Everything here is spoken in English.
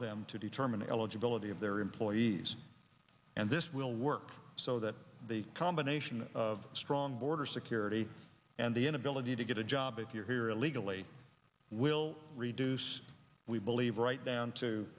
them to determine eligibility of their employees and this will work so that the combination of strong border security and the inability to get a job if you're here illegally will reduce we believe right down to